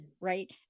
right